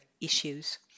issues